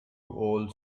old